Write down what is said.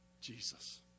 Jesus